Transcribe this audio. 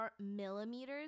millimeters